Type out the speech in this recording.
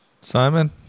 Simon